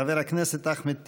חבר הכנסת אחמד טיבי.